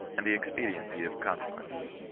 and the expediency of consequences.